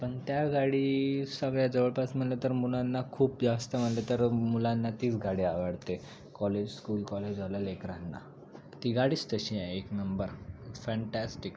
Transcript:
पण त्या गाडी सगळ्या जवळपास म्हटलं तर मुलांना खूप जास्त म्हटलं तर मुलांना तीच गाडी आवडते कॉलेज स्कूल कॉलेजवाल्या लेकरांना ती गाडीच तशी आहे एक नंबर फॅन्टॅस्टिक